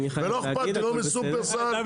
לא פה אחד אני חייב להגיד, אבל הכל בסדר.